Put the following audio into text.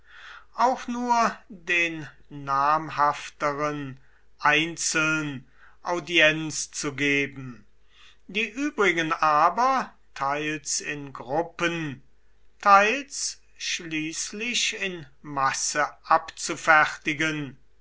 auch nur den namhafteren einzeln audienz zu geben die übrigen aber teils in gruppen teils schließlich in masse